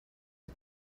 you